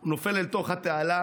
הוא נופל אל תוך התעלה,